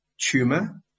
tumor